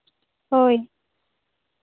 ᱦᱳᱭ